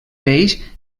peix